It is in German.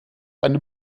eine